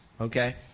okay